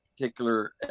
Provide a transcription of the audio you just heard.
particular